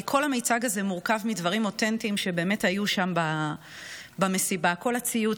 כי כל המיצג הזה מורכב מדברים אותנטיים שבאמת היו שם במסיבה: כל הציוד,